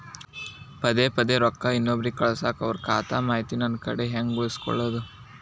ಪದೆ ಪದೇ ರೊಕ್ಕ ಇನ್ನೊಬ್ರಿಗೆ ಕಳಸಾಕ್ ಅವರ ಖಾತಾ ಮಾಹಿತಿ ನನ್ನ ಕಡೆ ಹೆಂಗ್ ಉಳಿಸಿಕೊಳ್ಳೋದು?